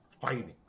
fighting